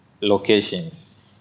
locations